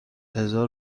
هزار